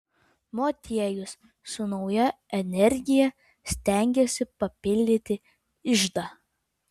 motiejus su nauja energija stengėsi papildyti iždą